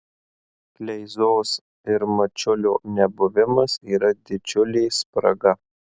kleizos ir mačiulio nebuvimas yra didžiulė spraga